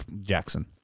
Jackson